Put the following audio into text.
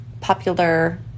popular